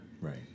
right